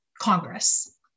Congress